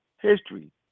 history